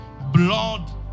blood